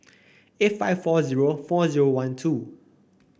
eight five four zero four zero one two